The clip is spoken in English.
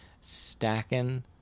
stacking